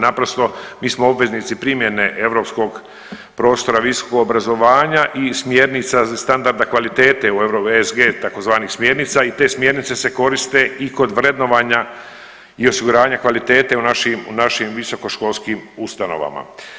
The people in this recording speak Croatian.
Naprosto mi smo obveznici primjene europskog prostora visokog obrazovanja i smjernica standarda kvalitete u ESG tzv. smjernica i te smjernice se koriste i kod vrednovanja i osiguranja kvalitete u našim, u našim visokoškolskim ustanovama.